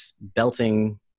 belting